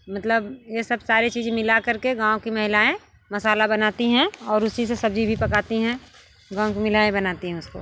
मतलब ये सब सारी चीज़ मिलाकर के गाँव की महिलाएँ मसाला बनाती हैं और उसी से सब्ज़ी भी पकाती हैं गाँव की महिलाएँ बनाती हैं उसको